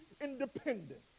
independent